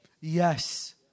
Yes